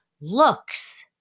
looks